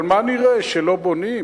אבל מה נראה, שלא בונים?